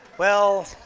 well.